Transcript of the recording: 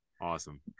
Awesome